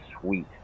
sweet